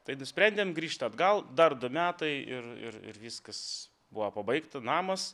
tai nusprendėm grįžt atgal dar du metai ir ir ir viskas buvo pabaigta namas